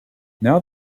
now